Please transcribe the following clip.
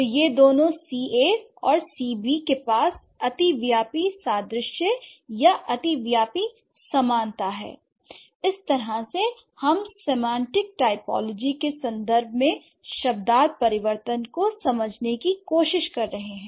तो ये दोनों C a और C b k पास अतिव्यापी सादृश्य या अतिव्यापी समानता है इस इस तरह से हम सेमांटिक टाइपोलॉजी के संदर्भ में शब्दार्थ परिवर्तन को समझने की कोशिश कर रहे हैं